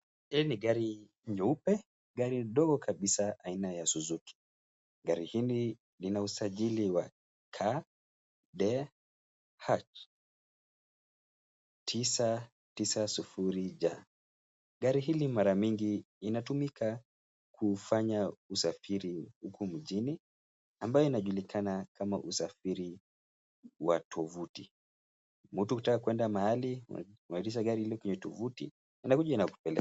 Hii ni gari nyeupe. Gari ndogo kabisa aina ya Suzuki. Gari hili lina usajili wa KDH 990 J. Gari hili mara mingi linatumika kufanya usafiri huku mjini ambayo inajulikana kama usafiri wa tovuti. Mtu ukitaka kwenda mahali unaagiza gari hilo kwenye tovuti linakuja linakupeleka.